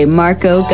marco